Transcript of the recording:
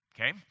Okay